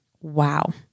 Wow